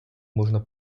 можна